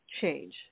change